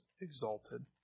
exalted